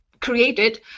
created